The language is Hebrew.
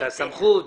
את ההרכב ואת הסמכות.